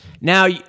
Now